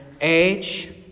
age